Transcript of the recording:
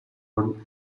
owned